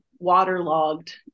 waterlogged